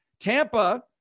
Tampa